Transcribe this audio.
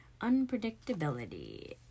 unpredictability